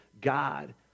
God